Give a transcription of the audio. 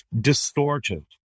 distorted